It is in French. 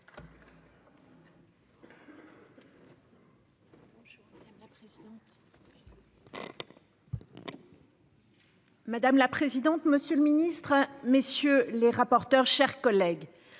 Madame la présidente, monsieur le ministre, messieurs les rapporteurs, chers collègues,